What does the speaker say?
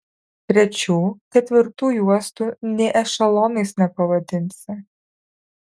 trečių ketvirtų juostų nė ešelonais nepavadinsi